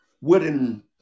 wooden